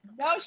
No